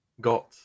got